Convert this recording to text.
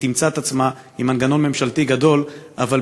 היא תמצא את עצמה עם מנגנון ממשלתי גדול אבל